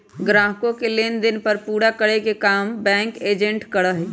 ग्राहकों के लेन देन पूरा करे के काम बैंक एजेंट करा हई